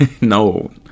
no